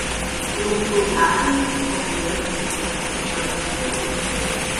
trumpiau tariant objektų nepaprastai daug